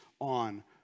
on